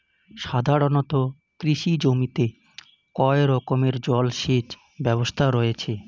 সাধারণত কৃষি জমিতে কয় রকমের জল সেচ ব্যবস্থা রয়েছে?